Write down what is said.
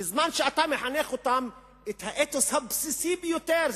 בזמן שאתה מחנך אותם את האתוס הבסיסי ביותר.